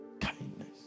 Kindness